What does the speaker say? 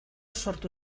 sortu